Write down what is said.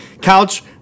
Couch